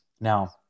Now